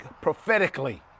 prophetically